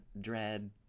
Dread